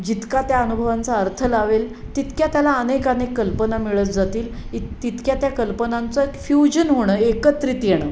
जितका त्या अनुभवांचा अर्थ लावेल तितक्या त्याला अनेक अनेक कल्पना मिळत जातील इ तितक्या त्या कल्पनांचं एक फ्युजन होणं एकत्रित येणं